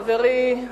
חברי,